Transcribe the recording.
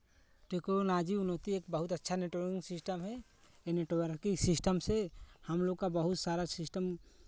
technology उन्नति एक बहुत अच्छा नेटवर्किंग सिस्टम है नेटवर्किंग सिस्टम से हम लोग का बहुत सारा सिस्टम